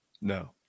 No